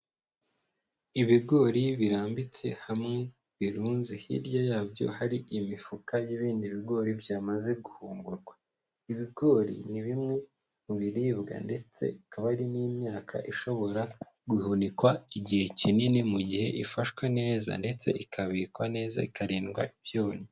Ibigori birambitse hamwe birunze, hirya yabyo hari imifuka y'ibindi bigori byamaze guhungurwa, ibigori ni bimwe mu biribwa ndetse ikaba ari n'imyaka ishobora guhunikwa igihe kinini mu gihe ifashwe neza ndetse ikabikwa neza ikarindwa ibyonnyi.